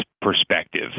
perspective